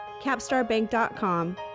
capstarbank.com